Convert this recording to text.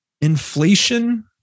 inflation